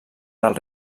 del